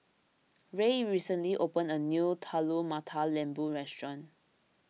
Ray recently opened a new Telur Mata Lembu restaurant